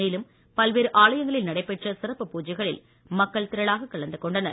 மேலும் பல்வேறு ஆலயங்களில் விழாவினை நடைபெற்ற சிறப்பு பூஜைகளில் மக்கள் திரளாக கலந்து கொண்டனர்